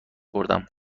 بردم